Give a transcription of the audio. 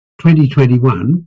2021